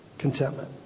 Contentment